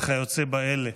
וכיוצא באלה.